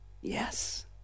Yes